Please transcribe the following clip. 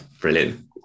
Brilliant